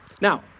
Now